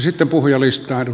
sitten puhujalistaan